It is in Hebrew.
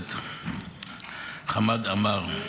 הכנסת חמד עמאר,